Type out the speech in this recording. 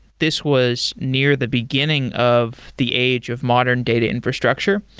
this was near the beginning of the age of modern data infrastructure.